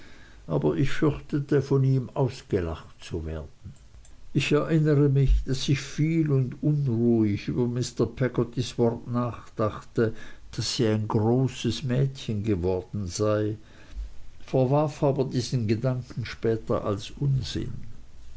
aber ich fürchtete von ihm ausgelacht zu werden ich erinnere mich daß ich viel und unruhig über mr peggottys wort nachdachte daß sie ein großes mädchen geworden sei verwarf aber diesen gedanken später als unsinn